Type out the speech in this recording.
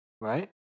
right